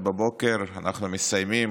ואנחנו מסיימים,